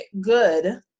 good